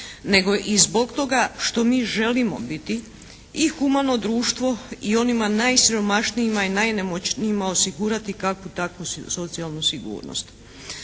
nego i zbog toga što mi želimo biti i humano društvo i onima najsiromašnijima i najnemoćnijima osigurati kakvu takvu socijalnu sigurnost.